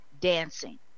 dancing